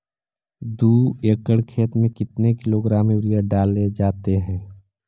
दू एकड़ खेत में कितने किलोग्राम यूरिया डाले जाते हैं?